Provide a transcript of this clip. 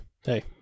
Hey